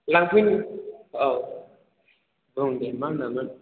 लांफैनो औ दे मा होनामोन